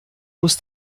muss